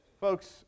Folks